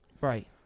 Right